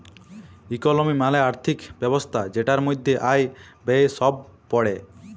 ইকলমি মালে আর্থিক ব্যবস্থা জেটার মধ্যে আয়, ব্যয়ে সব প্যড়ে